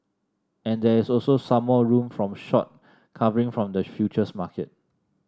and there is also some more room from short covering from the futures market